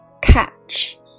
Catch